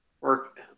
Work